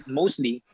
mostly